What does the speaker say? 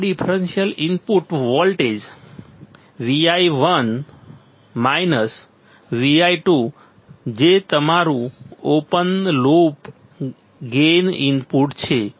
આ differential input voltage Vi1 Vi2 જે તમારું ઓપન લૂપ ગેઇન ઇનપુટ છે